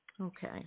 Okay